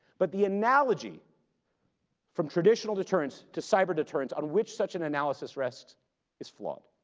but the analogy from traditional deterrence to cyber deterrence on which such an analysis rests is flawed.